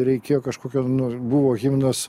reikėjo kažkokio nu buvo himnas